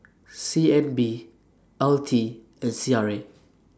C N B L T and C R A